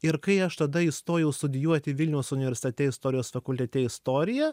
ir kai aš tada įstojau studijuoti vilniaus universitete istorijos fakultete istoriją